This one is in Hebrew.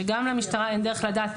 גם למשטרה אין דרך לדעת.